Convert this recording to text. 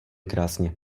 krásně